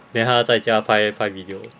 then 他在家拍拍 video